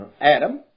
Adam